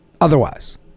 Otherwise